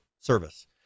service